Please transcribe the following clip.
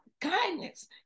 kindness